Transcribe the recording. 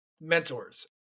mentors